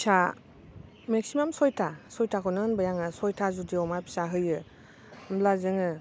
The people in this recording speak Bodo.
फिसा मेक्सिमाम सयथा सयथाखौनो होनाबाय आङो सयथा जुदि अमा फिसा होयो होमब्ला जोङो